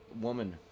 woman